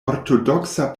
ortodoksa